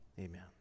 Amen